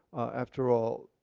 after all,